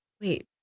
wait